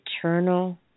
eternal